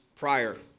Prior